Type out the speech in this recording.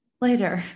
later